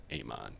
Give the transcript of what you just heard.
Amon